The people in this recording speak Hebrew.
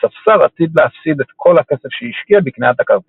והספסר עתיד להפסיד את כל הכסף שהשקיע בקניית הכרטיס.